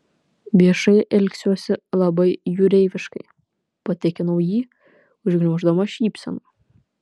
viešai elgsiuosi labai jūreiviškai patikinau jį užgniauždama šypseną